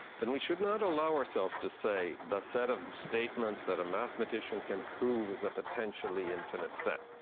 then we should not allow ourselves to say, the set of statements that a mathematician can prove is a potentially infinite set.